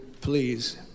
please